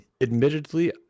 admittedly